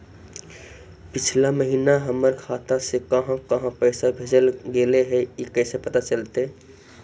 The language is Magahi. पिछला महिना हमर खाता से काहां काहां पैसा भेजल गेले हे इ कैसे पता चलतै?